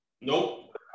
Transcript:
Nope